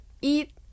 eat